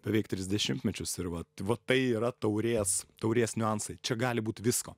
beveik tris dešimtmečius ir vat vat tai yra taurės taurės niuansai čia gali būt visko